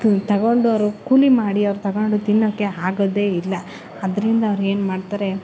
ತ್ ತಗೊಂಡವರು ಕೂಲಿ ಮಾಡಿ ಅವ್ರು ತಗೊಂಡು ತಿನ್ನೋಕೆ ಆಗೊದೇ ಇಲ್ಲ ಅದರಿಂದ ಅವ್ರೇನು ಮಾಡ್ತಾರೆ